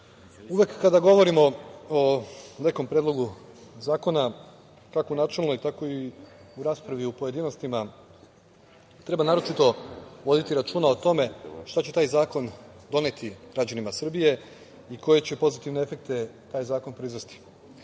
uvek kada govorimo o nekom predlogu zakona, kako u načelnoj, tako i u raspravi u pojedinostima, treba naročito voditi računa o tome šta će taj zakon doneti građanima Srbije i koje će pozitivne efekte taj zakon proizvesti. Mi